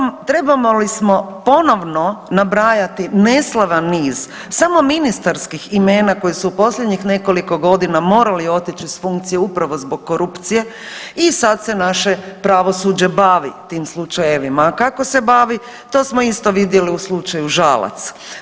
Trebali smo, trebamo li smo ponovno nabrajati neslavan niz samo ministarskih imena koji su u posljednjih nekoliko godina morali otići s funkcije upravo zbog korupcije i sad se naše pravosuđe bavi tim slučajevima, a kako se bavi to smo isto vidjeli u slučaju Žalac.